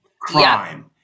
crime